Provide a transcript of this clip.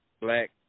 black